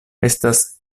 estas